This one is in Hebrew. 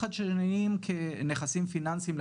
חלק מהבעיות האלה, אנחנו מקבלים מענה.